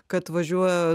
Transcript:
kai atvažiuoja